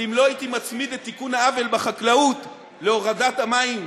כי אם לא הייתי מצמיד את תיקון העוול בחקלאות להורדת המים,